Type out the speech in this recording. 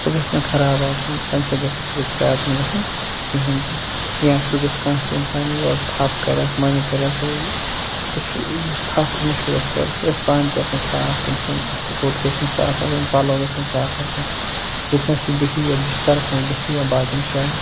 سُہ گَژھِ نہٕ خراب آسُن تَمہِ سۭتۍ گَژھِ نہٕ شُرِس پرٛابلِم گَژھٕنۍ کِہینٛۍ تہِ یا شُرس کانٛہہ تہِ اِنسان یِیہِ اورٕ تھپھ کَرٮ۪س مۅنہِ کَرٮ۪س ہُہ یہِ سُہ چھُ یُس تھپھ أمِس شُرِس کَرِ سُہ گَژھِ پانہٕ تہِ آسُن صاف تٔمۍ سُنٛد اَتھٕ بُتھ گژھِ صاف آسٕنۍ پَلو گَژھن صاف آسٕنۍ ییٚتہِ نس یہِ بیٚہہِ بسترس منٛز بیٚہہِ یا باقین جاین